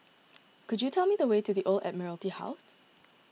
could you tell me the way to the Old Admiralty House